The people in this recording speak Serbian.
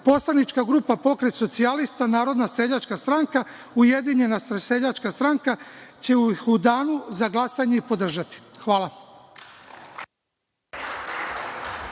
poslanička grupa Pokret socijalista – Narodna seljačka stranka – Ujedinjena seljačka stranka će u danu za glasanje i podržati. Hvala.